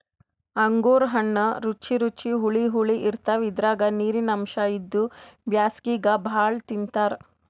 ಅಂಗೂರ್ ಹಣ್ಣ್ ರುಚಿ ರುಚಿ ಹುಳಿ ಹುಳಿ ಇರ್ತವ್ ಇದ್ರಾಗ್ ನೀರಿನ್ ಅಂಶ್ ಇದ್ದು ಬ್ಯಾಸ್ಗ್ಯಾಗ್ ಭಾಳ್ ತಿಂತಾರ್